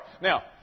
Now